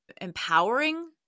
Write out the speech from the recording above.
empowering